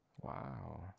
Wow